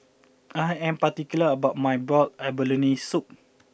I am particular about my Boiled Abalone Soup